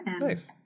Nice